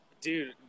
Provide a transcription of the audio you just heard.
Dude